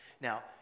Now